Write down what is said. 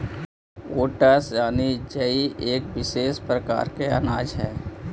oats यानि जई एक विशेष प्रकार के अनाज हइ